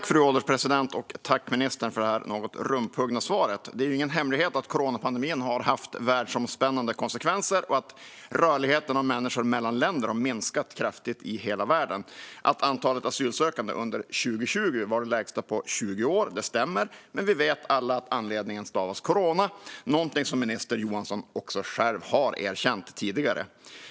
Fru ålderspresident! Tack, ministern, för detta något rumphuggna svar! Det är ingen hemlighet att coronapandemin har haft världsomspännande konsekvenser och att rörligheten av människor mellan länder har minskat kraftigt i hela världen. Att antalet asylsökande under 2020 var det lägsta på 20 år stämmer. Men vi vet alla att anledningen stavas corona, någonting som minister Johansson själv har erkänt tidigare.